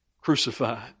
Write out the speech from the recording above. crucified